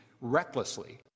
recklessly